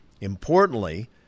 Importantly